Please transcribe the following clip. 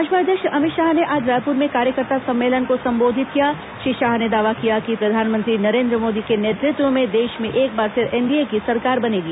भाजपा अध्यक्ष अमित शाह ने आज रायपुर में कार्यकर्ता सम्मेलन को संबोधित किया श्री शाह ने दावा किया कि प्रधानमंत्री नरेन्द्र मोदी के नेतृत्व में देश में एक बार फिर एनडीए की सरकार बनेगी